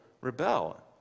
rebel